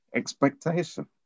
expectation